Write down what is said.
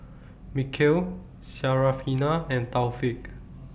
Mikhail Syarafina and Taufik